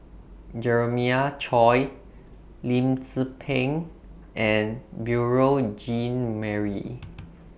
Jeremiah Choy Lim Tze Peng and Beurel Jean Marie